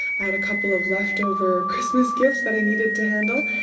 i had a couple of leftover christmas gifts that i needed to handle,